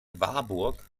warburg